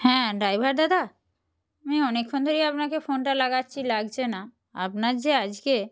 হ্যাঁ ড্রাইভার দাদা আমি অনেকক্ষণ ধরেই আপনাকে ফোনটা লাগাচ্ছি লাগছে না আপনার যে আজকে